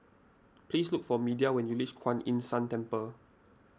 please look for Media when you reach Kuan Yin San Temple